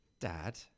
Dad